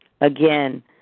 Again